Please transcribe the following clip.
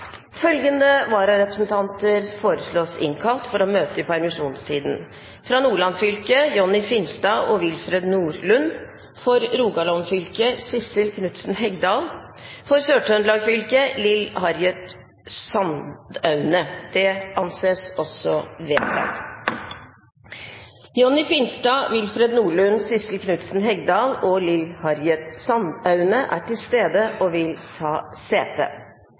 Følgende vararepresentanter innkalles for å møte i permisjonstiden: For Nordland fylke: Jonny Finstad og Willfred NordlundFor Rogaland fylke: Sissel Knutsen HegdalFor Sør-Trøndelag fylke: Lill Harriet Sandaune Jonny Finstad, Willfred Nordlund, Sissel Knutsen Hegdal og Lill Harriet Sandaune er til stede og vil ta sete.